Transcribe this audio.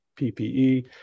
PPE